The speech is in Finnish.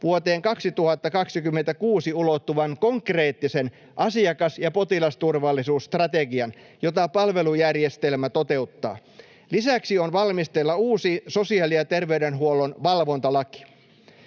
vuoteen 2026 ulottuvan konkreettisen asiakas- ja potilasturvallisuusstrategian, jota palvelujärjestelmä toteuttaa. Lisäksi on valmisteilla uusi sosiaali- ja terveydenhuollon valvontalaki.